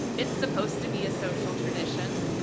it's supposed to be a social tradition.